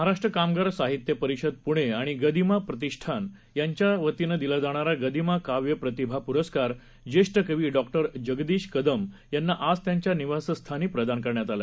महाराष्ट्रकामगारसाहित्यपरिषदपुणेआणिगदिमाप्रतिष्ठानयांच्यावतीनंदिलाजाणारागदिमाकाव्यप्रतिभापुरस्कारज्येष्ठकवीडॉजगदीशकद मयांनाआजत्यांच्यानिवासस्थानीप्रदानकरण्यातआला